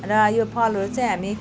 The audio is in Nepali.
र यो फलहरू चाहिँ हामी